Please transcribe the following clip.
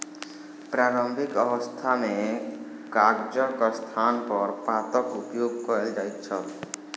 प्रारंभिक अवस्था मे कागजक स्थानपर पातक उपयोग कयल जाइत छल